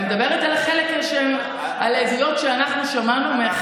אני מדברת על החלק, על העדויות שאנחנו שמענו.